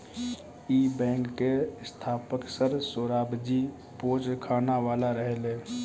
इ बैंक के स्थापक सर सोराबजी पोचखानावाला रहले